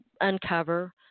uncover